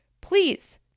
please